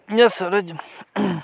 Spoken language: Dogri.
इ'यां सारे